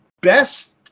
best